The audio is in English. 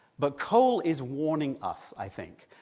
but cole is warning us, i think,